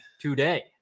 today